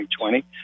2020